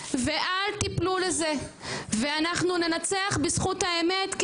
ואל תיפלו לזה ואנחנו ננצח בזכות האמת,